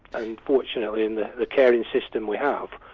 and fortunately in the the caring system we have,